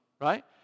right